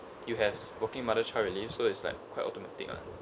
you have working mother child relief so it's like quite automatic lah